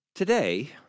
Today